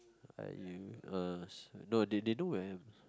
I you us no they they know where I am